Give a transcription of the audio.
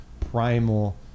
primal